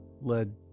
led